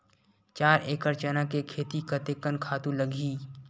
चार एकड़ चना के खेती कतेकन खातु लगही?